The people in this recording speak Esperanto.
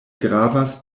gravas